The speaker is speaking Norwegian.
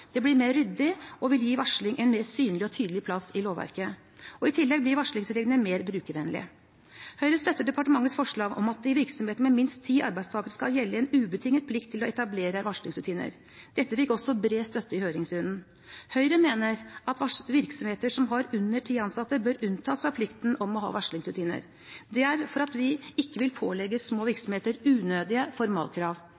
Det blir mer ryddig og vil gi varsling en mer synlig og tydelig plass i lovverket. I tillegg blir varslingsreglene mer brukervennlige. Høyre støtter departementets forslag om at det i virksomheter med minst ti arbeidstakere skal gjelde en ubetinget plikt til å etablere varslingsrutiner. Dette fikk også bred støtte i høringsrunden. Høyre mener at virksomheter som har under ti ansatte, bør unntas fra plikten om å ha varslingsrutiner. Det er fordi vi ikke vil pålegge små